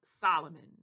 Solomon